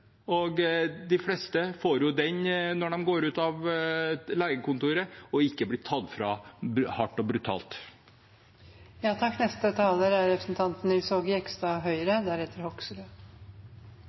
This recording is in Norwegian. De fleste får jo den beskjeden når de går ut av legekontoret, og blir ikke tatt fra førerkortet hardt og